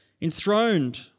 Enthroned